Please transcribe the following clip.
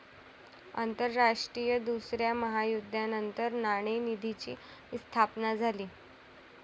आंतरराष्ट्रीय दुसऱ्या महायुद्धानंतर नाणेनिधीची स्थापना झाली